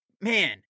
man